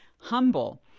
humble